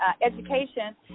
education